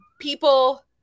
people